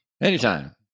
Anytime